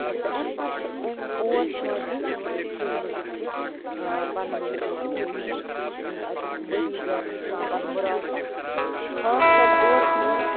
تہٕ اَمہِ پتہٕ چھِ اَمہِ اور چھِ یِوان بیٚیہِ اَکہِ چیٖزٕ موٗجوٗب تہِ پَنُن یہِ کہِ یِمہٕ یِم اَتِکۍ مٔریٖد یا یِم چھِ یِوان پَنُن مُراد ہٮ۪تھ خاص کر اور چھِ